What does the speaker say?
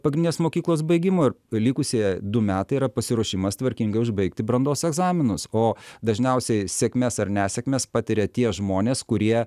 pagrindinės mokyklos baigimo ir likusieji du metai yra pasiruošimas tvarkingai užbaigti brandos egzaminus o dažniausiai sėkmes ar nesėkmes patiria tie žmonės kurie